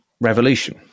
revolution